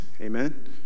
amen